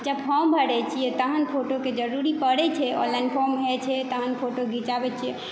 जब फॉर्म भरै छियै तहन फोटोके जरूरी परै छै ऑनलाइन फॉर्म भरै छियै तहन फोटो घीचाबै छियै